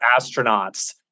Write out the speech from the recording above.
astronauts